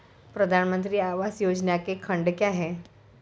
प्रधानमंत्री आवास योजना के खंड क्या हैं?